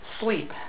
sleep